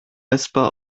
essbar